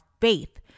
faith